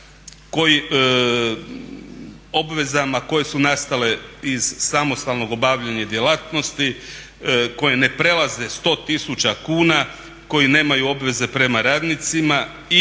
koje su nastale iz samostalnog obavljanja djelatnosti, koje ne prelaze 100 tisuća kuna, koji nemaju obveze prema radnicima i